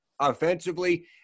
offensively